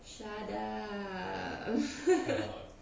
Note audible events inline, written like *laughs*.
shut up *laughs*